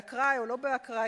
באקראי או לא באקראי,